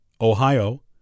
Ohio